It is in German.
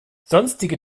sonstige